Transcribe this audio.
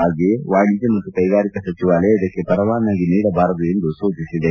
ಹಾಗೆಯೇ ವಾಣಿಜ್ಞ ಮತ್ತು ಕೈಗಾರಿಕಾ ಸಚಿವಾಲಯ ಇದಕ್ಕೆ ಪರವಾನಗಿ ನೀಡಬಾರದು ಎಂದು ಸೂಚಿಸಿದೆ